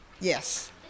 Yes